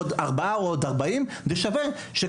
ארבעה או 40 פיגועים אז זה שווה את זה.